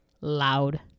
loud